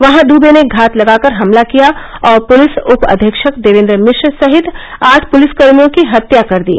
वहां दुबे ने घात लगाकर हमला किया और पुलिस उप अधीक्षक देवेन्द्र मिश्र सहित आठ पुलिसकर्मियों की हत्या कर दी